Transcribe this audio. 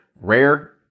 rare